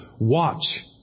watch